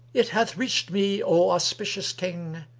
it hath reached me, o auspicious king,